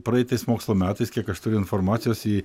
praeitais mokslo metais kiek aš turiu informacijos į